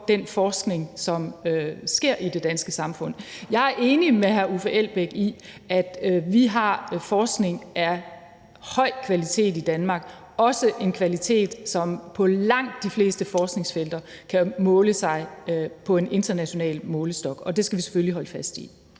den forskning, som sker i det danske samfund. Jeg er enig med hr. Uffe Elbæk i, at vi har forskning af høj kvalitet i Danmark, også en kvalitet, som på langt de fleste forskningsfelter kan måle sig på en international målestok, og det skal vi selvfølgelig holde fast i.